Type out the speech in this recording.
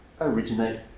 originate